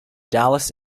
dallas